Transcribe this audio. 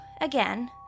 again